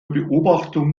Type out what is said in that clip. beobachtung